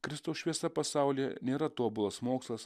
kristaus šviesa pasaulyje nėra tobulas mokslas